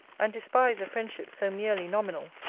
and despise a friendship so merely nominal.